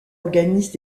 organise